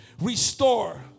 restore